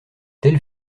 telle